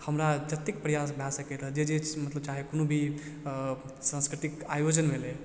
हमरा जतेक प्रयास भए सकैत रहै जे जे चाहे कोनो भी संस्कृतिक आयोजन भेलै